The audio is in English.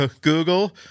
Google